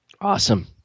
Awesome